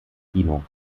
kino